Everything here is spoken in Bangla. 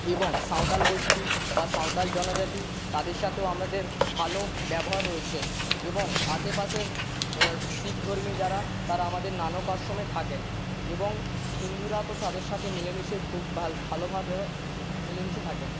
এবং সাঁওতাল গোষ্ঠী বা সাঁওতাল জনজাতি তাদের সাথেও আমাদের ভালো ব্যবহার রয়েছে এবং আশেপাশের শিখধর্মী যারা তারা আমাদের নানক আশ্রমে থাকেন এবং হিন্দুরা তো তাদের সাথে মিলেমিশে খুব ভালো ভাবে মিলেমিশে থাকেন